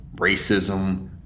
racism